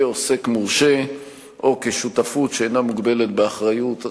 כעוסק מורשה או כשותפות שאינה מוגבלת באחריות.